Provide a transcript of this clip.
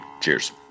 Cheers